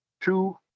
two